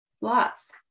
Lots